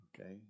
Okay